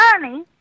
money